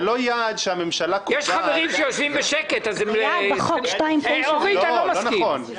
היא קובעת בחוק 2.9%. זה לא נכון.